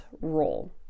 role